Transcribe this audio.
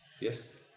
Yes